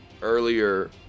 Earlier